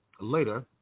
later